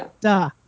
duh